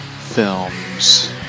films